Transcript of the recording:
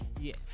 Yes